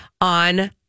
on